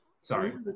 Sorry